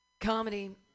comedy